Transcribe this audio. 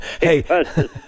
Hey